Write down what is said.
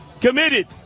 committed